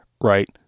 right